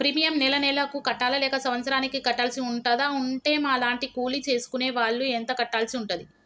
Premium నెల నెలకు కట్టాలా లేక సంవత్సరానికి కట్టాల్సి ఉంటదా? ఉంటే మా లాంటి కూలి చేసుకునే వాళ్లు ఎంత కట్టాల్సి ఉంటది?